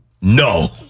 no